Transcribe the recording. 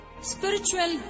Spiritual